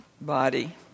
body